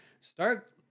start